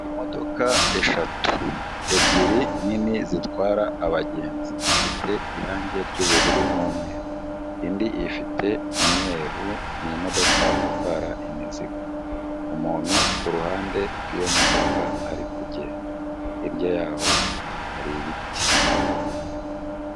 Harimo imodoka eshatu, ebyiri nini zitwara abagenzi zifite irangi ry'ubururu n'umweru, indi ifite umweru, ni imodoka itwara imizigo umuntu ku ruhande rwiyo modoka ari kugenda hirya y'aho hari ibiti.